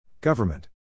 Government